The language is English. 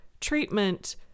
treatment